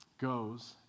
goes